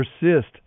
persist